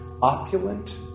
opulent